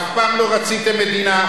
אף פעם לא רציתם מדינה,